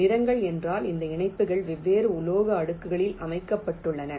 நிறங்கள் என்றால் இந்த இணைப்புகள் வெவ்வேறு உலோக அடுக்குகளில் அமைக்கப்பட்டுள்ளன